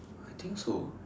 I think so